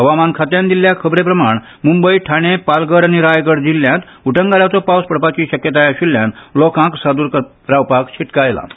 हवामान खात्यान दिल्ले खबरे प्रामण मूंबय ठाणे पालघर आनी रायगड जिल्ल्यांत उटंगाराचो पावस पडपाची शक्यताय आशिल्ल्यान लोकांक सादूर रावपाक शिटकायलां